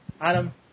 Adam